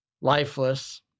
lifeless